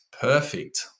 perfect